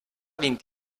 vint